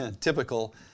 typical